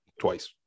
twice